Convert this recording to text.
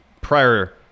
prior